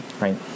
right